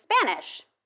Spanish